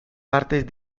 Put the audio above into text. partes